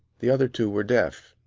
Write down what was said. the other two were deaf.